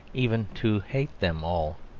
even to hate them all.